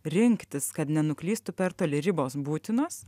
rinktis kad nenuklystų per toli ribos būtinos